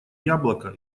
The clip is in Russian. яблоко